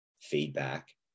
feedback